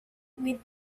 with